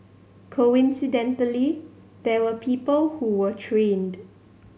coincidentally there were people who were trained